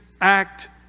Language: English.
act